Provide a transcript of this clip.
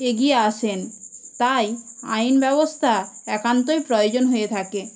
এগিয়ে আসেন তাই আইন ব্যবস্থা একান্তই প্রয়োজন হয়ে থাকে